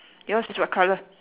okay yours is what colour